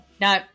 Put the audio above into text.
No